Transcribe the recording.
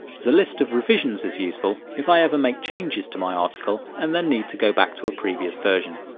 the list of revisions is useful if i ever make changes to my article and then need to go back to a previous version.